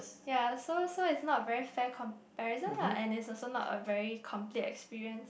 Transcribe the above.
ya so so it's not a very fair comparison lah and it's also not a very complete experience